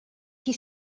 qui